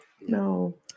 No